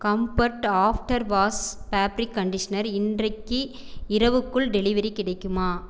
compared after wash fabric conditioner இன்றைக்கு இரவுக்குள் delivery கிடைக்குமா